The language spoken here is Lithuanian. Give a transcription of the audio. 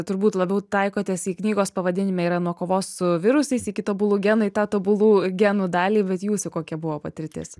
turbūt labiau taikotės į knygos pavadinime yra nuo kovos su virusais į tobulų genų į tobulų genų dalį bet jūsų kokia buvo patirtis